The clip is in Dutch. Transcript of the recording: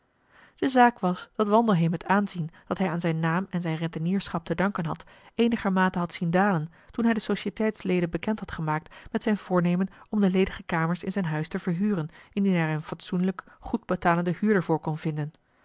de zaak was dat wandelheem het aanzien dat hij aan zijn naam en zijn rentenierschap te danken had eenigermate had zien dalen toen hij de societeits leden bekend had gemaakt met zijn voornemen om de ledige kamers in zijn huis te verhuren indien hij er een fatsoenlijken goed betalenden huurder voor kon vinden